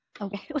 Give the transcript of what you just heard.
okay